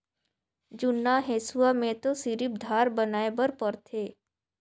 जुन्ना हेसुआ में तो सिरिफ धार बनाए बर परथे